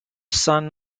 son